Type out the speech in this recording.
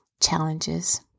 challenges